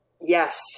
Yes